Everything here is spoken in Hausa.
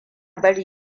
bari